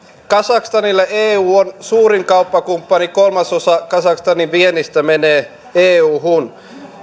kazakstanille eu on suurin kauppakumppani kolmasosa kazakstanin viennistä menee euhun